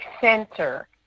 center